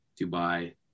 Dubai –